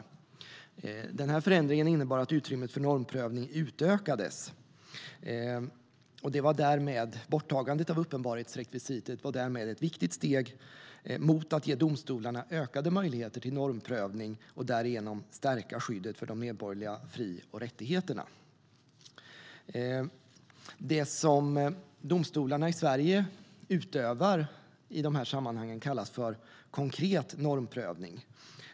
Den förändringen innebar att utrymmet för normprövning utökades. Därmed var borttagandet av uppenbarhetsrekvisitet ett viktigt steg mot att ge domstolarna ökade möjligheter till normprövning och därigenom att stärka skyddet för de medborgerliga fri och rättigheterna. Det som domstolarna i Sverige utövar i de sammanhangen kallas för konkret normprövning.